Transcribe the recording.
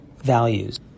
Values